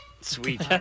Sweet